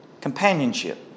Companionship